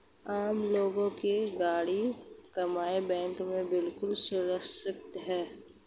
आम लोगों की गाढ़ी कमाई बैंक में बिल्कुल सुरक्षित है